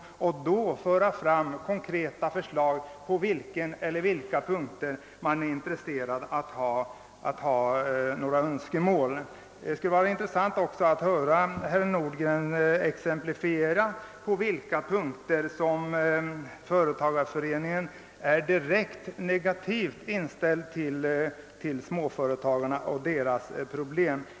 Då kan man föra fram konkreta förslag på den eller de punkter där man har önskemål. Det skulle också vara intressant att höra herr Nordgren ge exempel på punkter där företagareföreningsutredningen är direkt negativt inställd till småföretagarna och deras problem.